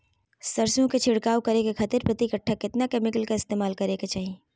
सरसों के छिड़काव करे खातिर प्रति कट्ठा कितना केमिकल का इस्तेमाल करे के चाही?